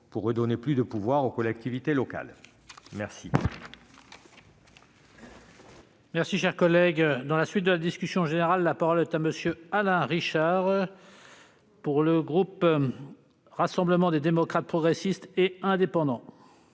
de redonner plus de pouvoir aux collectivités locales. La